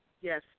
Yes